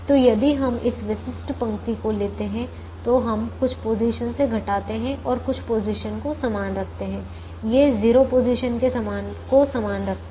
तो यदि हम इस विशिष्ट पंक्ति को लेते हैं तो हम कुछ पोजीशन से घटाते और कुछ पोजीशन को समान रखते ये 0 पोजीशन को समान रखते हैं